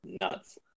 nuts